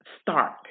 start